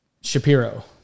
Shapiro